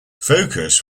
focus